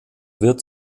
wird